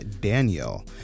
Daniel